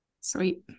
Sweet